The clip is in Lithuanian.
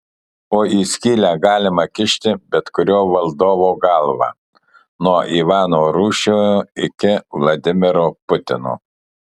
o į skylę galima kišti bet kurio valdovo galvą nuo ivano rūsčiojo iki vladimiro putino